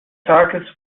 tages